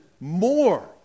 more